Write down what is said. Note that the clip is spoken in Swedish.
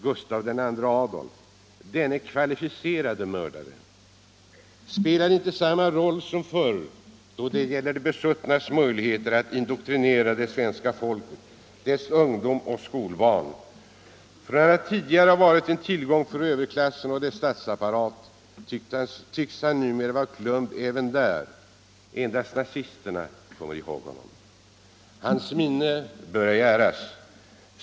Gustav II Adolf, denne kvalificerade mördare, spelar inte samma roll som förr då det gäller de besuttnas möjligheter att indoktrinera det svenska folket, dess ungdom och skolbarn. Från att tidigare ha varit en tillgång för överklassen och dess statsapparat tycks han numera vara glömd även där, endast nazisterna kommer ihåg honom. Hans minne bör ej äras.